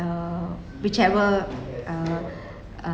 uh whichever uh uh